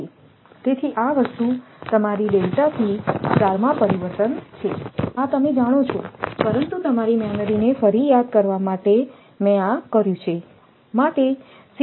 તેથી આ વસ્તુ તમારી ડેલ્ટાથી સ્ટારમાં પરિવર્તન છે આ તમે જાણો છો પરંતુ તમારી મેમરીને ફરી યાદ કરવા માટે છે માટે હશે